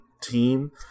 team